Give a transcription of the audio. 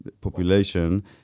population